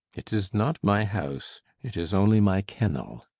it is not my house it is only my kennel.